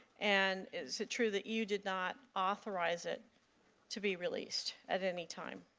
and is it true that you did not authorize it to be released at any time.